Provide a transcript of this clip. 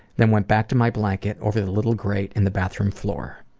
then went back to my blanket over the little grate in the bathroom floor.